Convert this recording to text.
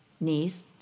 knees